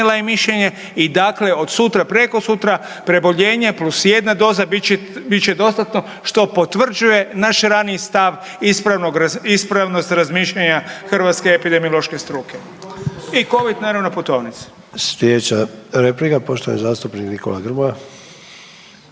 je mišljenje i dakle od sutra, prekosutra preboljenje plus jedna doza bit će dostatno što potvrđuje naš raniji stav ispravnost razmišljanja hrvatske epidemiološke struke i Covid naravno putovnice. **Sanader, Ante (HDZ)** Sljedeća replika poštovani zastupnik Nikola Grmoja.